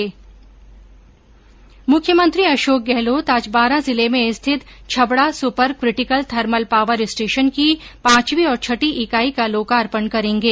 मुख्यमंत्री अशोक गहलोत आज बारां जिले में स्थित Chhabra super critical thermal power station की पांचवी और छठी इकाई का लोकार्पण करेंगे